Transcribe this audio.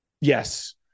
Yes